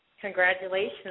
Congratulations